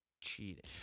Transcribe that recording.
Cheating